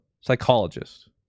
psychologist